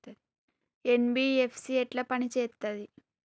NBFC ఎట్ల పని చేత్తది?